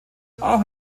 auch